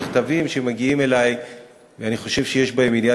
מכתבים שמגיעים אלי ואני חושב שיש בהם עניין